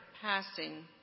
passing